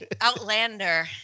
outlander